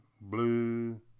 Blue